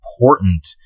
important